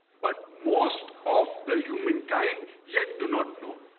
but most of the humankind yet do not know